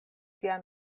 sia